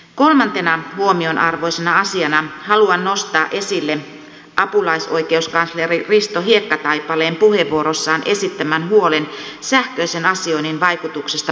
kolmantena huomionarvoisena asiana haluan nostaa esille apulaisoikeuskansleri risto hiekkataipaleen puheenvuorossaan esittämän huolen sähköisen asioinnin vaikutuksista palveluihin